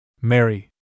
Mary